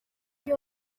iyo